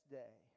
day